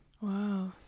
wow